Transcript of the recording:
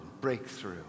breakthrough